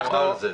יתקדם.